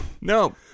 no